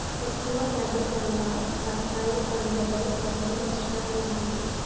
ఎక్కువ తడి వల్ల బత్తాయి పంటలో జరిగే నష్టాలేంటి?